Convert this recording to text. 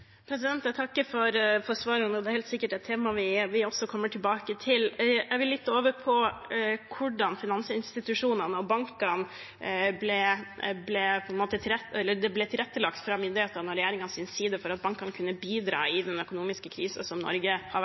Jeg takker for svaret. Dette er helt sikkert også et tema vi kommer tilbake til. Jeg vil over til hvordan det ble tilrettelagt fra myndighetenes og regjeringens side for at finansinstitusjonene og bankene kunne bidra i den økonomiske krisen som Norge har